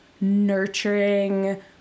nurturing